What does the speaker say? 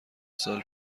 سال